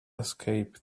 escape